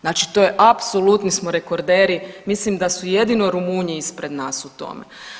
Znači to je apsolutni smo rekorderi, mislim da su jedino Rumunji ispred nas u tome.